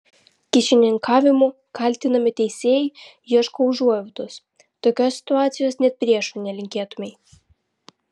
kyšininkavimu kaltinami teisėjai ieško užuojautos tokios situacijos net priešui nelinkėtumei